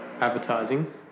advertising